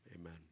amen